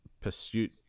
pursuit